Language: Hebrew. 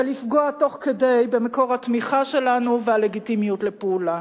ולפגוע תוך כדי במקום התמיכה שלנו והלגיטימיות לפעולה.